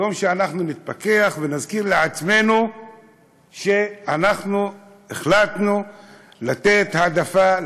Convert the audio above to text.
יום שבו אנחנו נתפכח ונזכיר לעצמנו שאנחנו החלטנו לתת העדפה,